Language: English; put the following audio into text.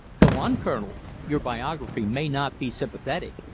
go on, colonel! your biography may not be sympathetic,